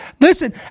listen